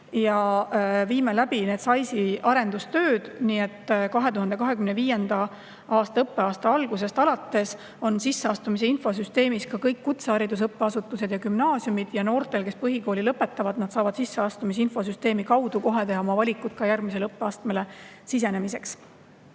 Viime läbi SAIS-i arendustööd nii, et 2025. aasta õppeaasta algusest alates on sisseastumise infosüsteemis ka kõik kutsehariduse õppeasutused ja gümnaasiumid. Noored, kes põhikooli lõpetavad, saavad sisseastumise infosüsteemi kaudu kohe teha oma valikud ka järgmisele õppeastmele sisenemiseks.